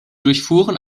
durchfuhren